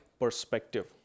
perspective